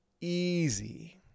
easy